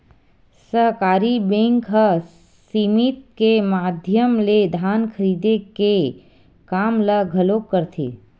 सहकारी बेंक ह समिति के माधियम ले धान खरीदे के काम ल घलोक करथे